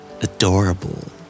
Adorable